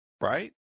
right